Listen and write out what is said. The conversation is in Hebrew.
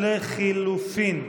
35 לחלופין.